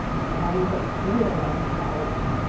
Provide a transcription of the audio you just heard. the chinese are stealing our technology.